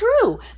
true